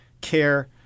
care